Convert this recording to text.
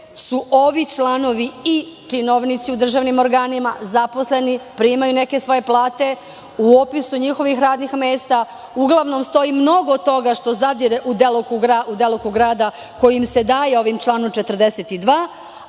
su ovi članovi i činovnici u državnim organima, zaposleni, primaju neke svoje plate. U opisu njihovih radnih mesta uglavnom stoji mnogo toga što zadire u delokrug rada kojim se daje ovim članom 42,